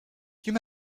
you